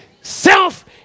self